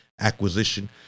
Acquisition